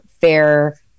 fair –